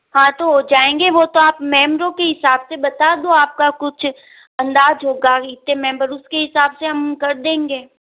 हाँ तो हो जाएंगे वो तो आप मेम्बरों के हिसाब से बता दो आप का कुछ अंदाज़ होगा ही इतने मेम्बर उस के हिसाब से हम कर देंगे